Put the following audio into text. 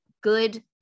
good